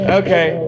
okay